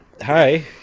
hi